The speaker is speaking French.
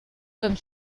comme